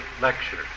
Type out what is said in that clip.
lecture